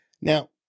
Now